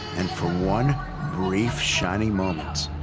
and for one brief, shining moment,